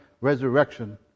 resurrection